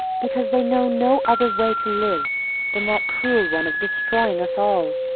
because they know no other way to live than that cruel one of destroying us all.